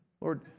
Lord